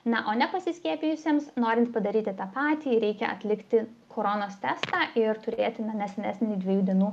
na o nepasiskiepijusiems norint padaryti tą patį reikia atlikti koronos testą ir turėti ne senesnį dviejų dienų